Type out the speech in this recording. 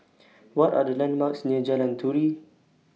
What Are The landmarks near Jalan Turi